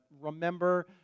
remember